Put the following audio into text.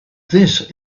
this